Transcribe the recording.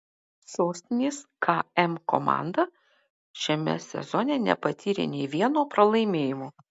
sostinės km komanda šiame sezone nepatyrė nei vieno pralaimėjimo